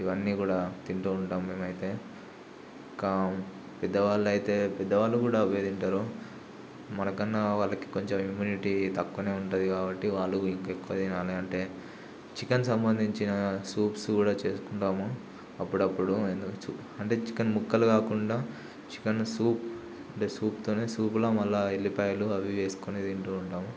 ఇవన్నీ కూడా తింటూ ఉంటాం మేము అయితే పెద్దవాళ్ళు అయితే పెద్దవాళ్ళు కూడా అవే తింటారు మనకన్నా వాళ్ళకి కొంచెం ఇమ్యూనిటీ తక్కువనే ఉంటది కాబట్టి వాళ్ళు ఇంకా ఎక్కువ తినాలని అంటే చికెన్ సంబంధించిన సూప్స్ కూడా చేసుకుంటాము అప్పుడప్పుడు అంటే చికెన్ ముక్కలు కాకుండా చికెన్ సూప్ సూప్తోనే సూప్ల మళ్ల ఉల్లిపాయలు అవి వేసుకొని తింటూ ఉంటాము